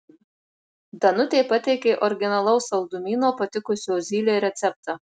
danutė pateikė originalaus saldumyno patikusio zylei receptą